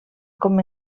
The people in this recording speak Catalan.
com